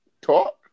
Talk